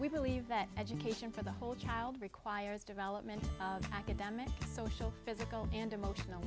we believe that education for the whole child requires development academic social physical and emotional